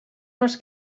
les